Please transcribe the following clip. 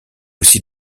aussi